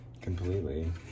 completely